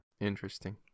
Interesting